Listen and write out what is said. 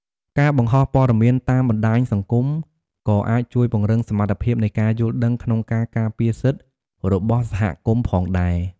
ការបង្ហោះព័ត៌មានតាមបណ្តាញសង្គមក៏អាចជួយពង្រឹងសមត្ថភាពនៃការយល់ដឹងក្នុងការការពារសិទ្ធិរបស់សហគមន៍ផងដែរ។